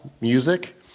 Music